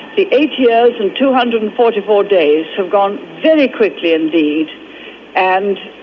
the eight years and two hundred and forty four days have gone very quickly indeed and